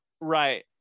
Right